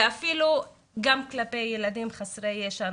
ואפילו גם כלפי ילדים חסרי ישע.